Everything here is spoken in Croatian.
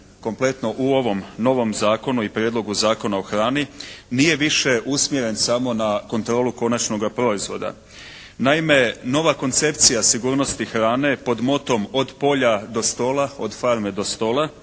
kompletno u ovom novom Zakonu i Prijedlogu zakona o hrani nije više usmjeren samo na kontrolu konačnoga proizvoda. Naime nova koncepcija sigurnosti hrane pod motom «Od polja do stola», «Od farme do stola»